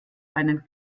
einen